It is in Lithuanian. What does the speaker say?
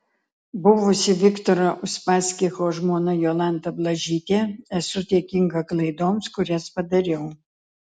buvusi viktoro uspaskicho žmona jolanta blažytė esu dėkinga klaidoms kurias padariau